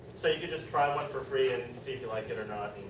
so, you can just try one for free. and see if you like it or not